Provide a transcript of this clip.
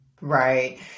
right